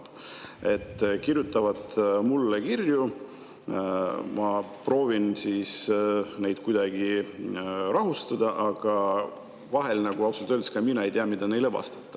kirjutavad mulle kirju ja ma proovin neid kuidagi rahustada, aga vahel ausalt öeldes ka mina ei tea, mida neile vastata.